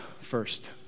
First